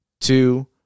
two